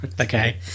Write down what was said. Okay